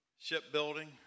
Shipbuilding